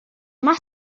yma